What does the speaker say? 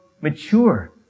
mature